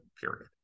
period